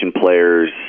players